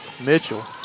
Mitchell